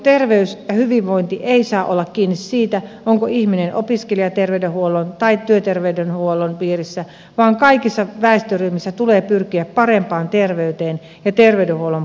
terveys ja hyvinvointi eivät saa olla kiinni siitä onko ihminen opiskelijaterveydenhuollon tai työterveydenhuollon piirissä vaan kaikissa väestöryhmissä tulee pyrkiä parempaan terveyteen ja terveydenhuollon palveluihin